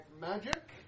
magic